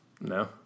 No